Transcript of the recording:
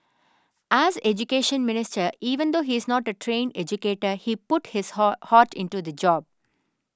as Education Minister even though he is not a trained educator he put his heart heart into the job